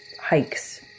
hikes